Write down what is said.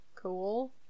Cool